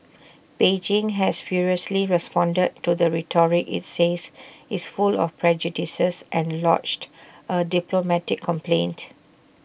Beijing has furiously responded to the rhetoric IT says is full of prejudices and lodged A diplomatic complaint